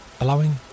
Allowing